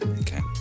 okay